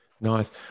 Nice